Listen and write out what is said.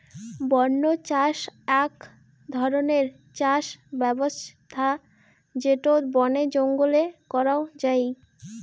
বন্য চাষ আক ধরণের চাষ ব্যবছস্থা যেটো বনে জঙ্গলে করাঙ যাই